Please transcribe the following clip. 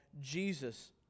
Jesus